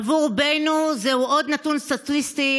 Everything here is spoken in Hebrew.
עבור רובנו זהו עוד נתון סטטיסטי,